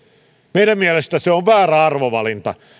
meidän mielestämme se on väärä arvovalinta